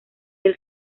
del